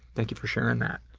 thank you for sharing that.